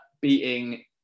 beating